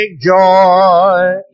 joy